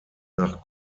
nach